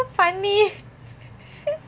so funny